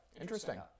Interesting